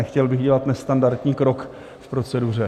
Nechtěl bych dělat nestandardní krok v proceduře.